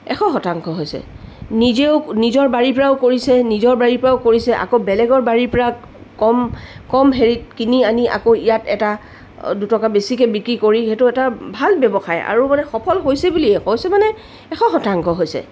এশ শতাংশ হৈছে নিজেও নিজৰ বাৰীৰ পৰাও কৰিছে নিজৰ বাৰীৰ পৰাও কৰিছে আকৌ বেলেগৰ বাৰীৰ পৰা কম কম হেৰিত কিনি আনি আকৌ ইয়াত এটা দুটকা বেছিকৈ বিক্ৰী কৰি সেইটো এটা ভাল ব্যৱসায় আৰু মানে সফল হৈছে বুলিয়ে হৈছে মানে এশ শতাংশ হৈছে